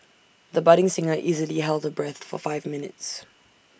the budding singer easily held her breath for five minutes